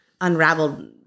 unraveled